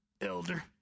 elder